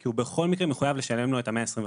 כי הוא בכל מקרה מחויב לשלם לו את ה-125%.